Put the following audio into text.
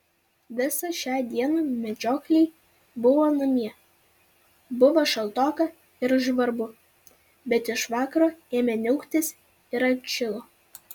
visą šią dieną medžiokliai buvo namie buvo šaltoka ir žvarbu bet iš vakaro ėmė niauktis ir atšilo